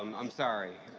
um i'm sorry.